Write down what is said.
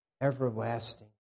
everlasting